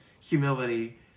humility